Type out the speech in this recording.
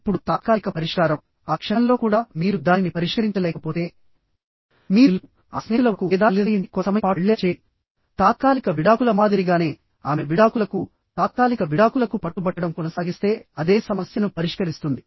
ఇప్పుడు తాత్కాలిక పరిష్కారం ఆ క్షణంలో కూడా మీరు దానిని పరిష్కరించలేకపోతే మీరు శిల్పాను ఆమె స్నేహితుల వద్దకు లేదా తల్లిదండ్రుల ఇంటికి కొంత సమయం పాటు వెళ్లేలా చేయండి తాత్కాలిక విడాకుల మాదిరిగానే ఆమె విడాకులకు తాత్కాలిక విడాకులకు పట్టుబట్టడం కొనసాగిస్తే అదే సమస్యను పరిష్కరిస్తుంది